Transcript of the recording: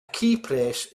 keypress